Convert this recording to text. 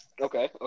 okay